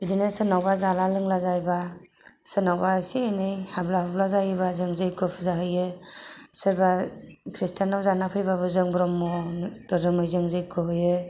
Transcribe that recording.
बिदिनो सोरनावबा जाला लोंला जायोब्ला सोरनावबा एसे एनै हाब्ला हुब्ला जायोब्ला जों जैग फुजा होयो सोरबा ख्रिस्टानाव जानानै फैब्लाबो जों ब्रह्म धोरोमै जों जग्य होयो